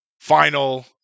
final